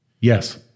Yes